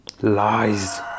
Lies